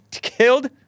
killed